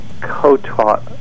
co-taught